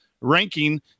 ranking